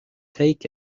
take